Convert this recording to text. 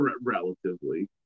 relatively